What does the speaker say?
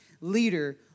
leader